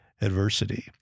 adversity